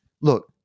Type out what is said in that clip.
look